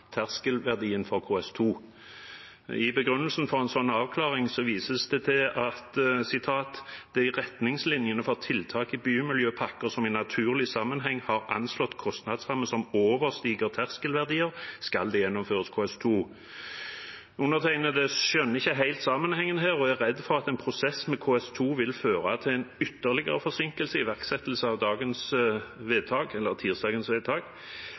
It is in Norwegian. terskelverdien for KS2. I begrunnelsen for en slik avklaring vises det til at i retningslinjene for tiltak i bymiljøpakker som i naturlig sammenheng har anslått kostnadsramme som overstiger terskelverdien, heter det at det skal gjennomføres KS2. Undertegnede skjønner ikke helt sammenhengen her og er redd for at en prosess med KS2 vil føre til en ytterligere forsinkelse av iverksettelsen av